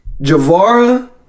Javara